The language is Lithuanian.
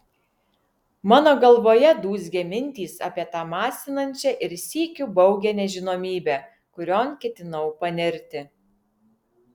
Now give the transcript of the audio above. mano galvoje dūzgė mintys apie tą masinančią ir sykiu baugią nežinomybę kurion ketinau panirti